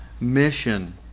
mission